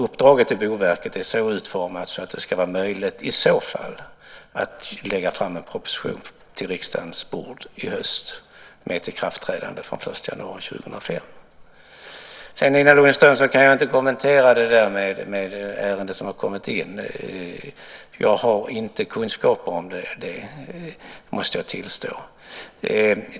Uppdraget till Boverket är så utformat att det i så fall ska vara möjligt för regeringen att lägga fram en propositionen på riksdagens bord i höst med ett ikraftträdande från den 1 januari 2005. Sedan kan jag inte kommentera det aktuella ärendet, Nina Lundström. Jag har inte kunskaper om det, det måste jag tillstå.